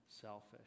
selfish